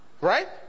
Right